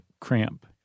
cramp